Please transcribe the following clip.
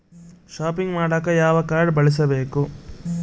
Shopping ಮಾಡಾಕ ಯಾವ card ಬಳಸಬೇಕು?